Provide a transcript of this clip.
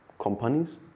companies